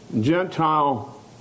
Gentile